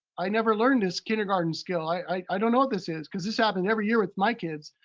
i never learned this kindergarten skill, i i don't know what this is. because this happened every year with my kids.